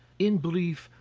in brief,